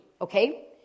Okay